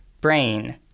brain